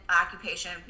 occupation